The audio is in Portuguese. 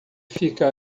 fica